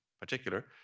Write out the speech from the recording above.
particular